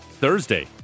Thursday